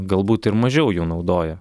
galbūt ir mažiau jų naudoja